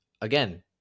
again